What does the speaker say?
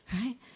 right